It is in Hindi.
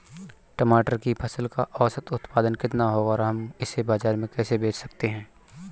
टमाटर की फसल का औसत उत्पादन कितना होगा और हम इसे बाजार में कैसे बेच सकते हैं?